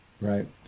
Right